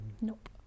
nope